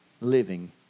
living